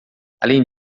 além